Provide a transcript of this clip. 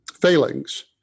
failings